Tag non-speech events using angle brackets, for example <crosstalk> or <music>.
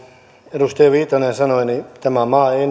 edustaja viitanen sanoi tämä maa ei <unintelligible>